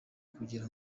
kugira